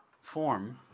form